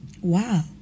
Wow